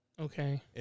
Okay